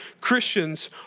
Christians